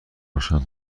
روشن